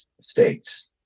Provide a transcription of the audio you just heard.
states